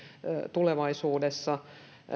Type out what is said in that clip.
tulevaisuudessa